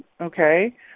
okay